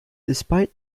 despite